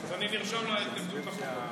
נרשמה לו ההתנגדות לחוק.